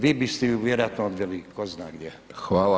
Vi biste ju vjerojatno odveli tko zna gdje.